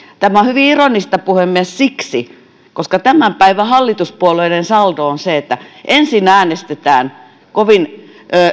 tämä on hyvin ironista puhemies koska hallituspuolueiden tämän päivän saldo on se että ensin äänestetään kovin